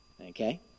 Okay